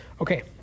Okay